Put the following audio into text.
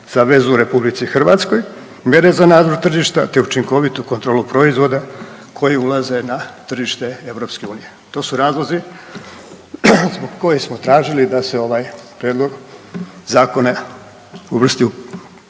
za vezu u Republici Hrvatskoj, mjere za nadzor tržišta, te učinkovitu kontrolu proizvoda koji ulaze na tržište Europske Unije. To su razlozi zbog kojih smo tražili da se ovaj Prijedlog zakona uvrsti